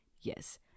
Yes